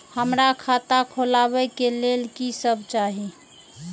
हमरा खाता खोलावे के लेल की सब चाही?